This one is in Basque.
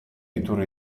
iturri